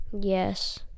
Yes